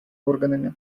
органами